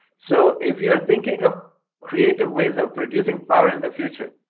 so if you are thinking of creative ways of producing power in the future,